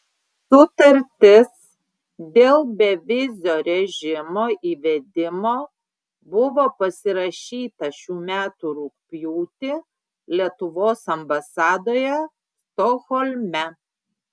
sutartis dėl bevizio režimo įvedimo buvo pasirašyta šių metų rugpjūtį lietuvos ambasadoje stokholme